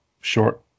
short